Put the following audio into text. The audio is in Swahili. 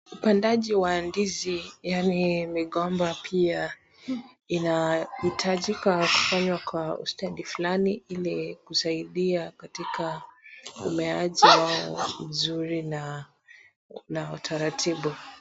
Upandaji wa ndizi yaani migomba pia inahitajika kufanywa kwa ustadi fulani ili kusaidia katika umeaji wao wa uzuri na utaratibu.